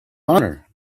honor